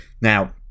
now